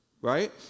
right